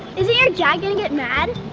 isn't your dad gonna get mad?